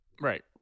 Right